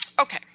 Okay